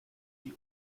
die